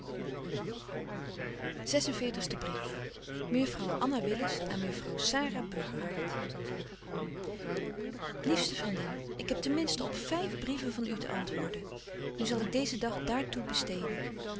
en veertigste brief mejuffrouw anna willis aan mejuffrouw sara burgerhart liefste vriendin ik heb ten minsten op vyf brieven van u te antwoorden nu zal ik deezen dag daar toe besteden